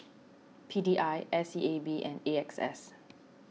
P D I S E A B and A X S